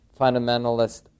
fundamentalist